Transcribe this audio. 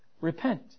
repent